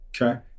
Okay